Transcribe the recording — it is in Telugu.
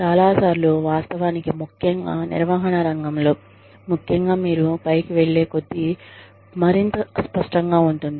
చాలా సార్లు వాస్తవానికి ముఖ్యంగా నిర్వహణ రంగంలో ముఖ్యంగా మీరు పైకి వెల్లేకొద్ది మరింత అస్పష్టంగా ఉంటుంది